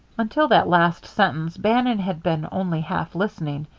until that last sentence bannon had been only half listening.